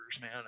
man